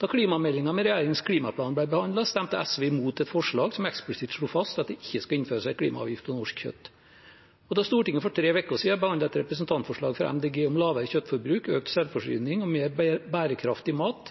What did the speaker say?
Da klimameldingen med regjeringens klimaplan ble behandlet, stemte SV imot et forslag som eksplisitt slo fast at det ikke skal innføres en klimaavgift på norsk kjøtt. Da Stortinget for tre uker siden behandlet et representantforslag fra Miljøpartiet De Grønne om lavere kjøttforbruk, økt selvforsyning og mer bærekraftig mat,